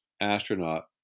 astronaut